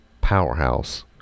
powerhouse